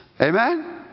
Amen